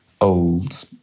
old